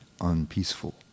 unpeaceful